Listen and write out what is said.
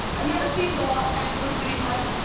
have you ever seen the los angeles city flag?